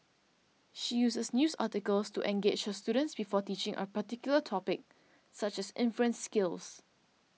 she uses news articles to engage her students before teaching a particular topic such as inference skills